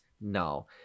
No